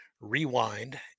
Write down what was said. rewind